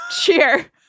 cheer